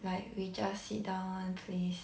like we just sit down one place